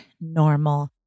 normal